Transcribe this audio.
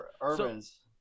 Urban's